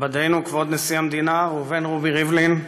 מכובדנו כבוד נשיא המדינה ראובן ריבלין,